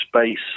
space